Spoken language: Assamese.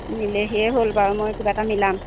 নিলেহিয়ে হ'ল বাৰু মই কিবা এটা মিলাম